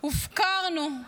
הופקרנו.